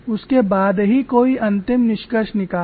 उसके बाद ही कोई अंतिम निष्कर्ष निकालें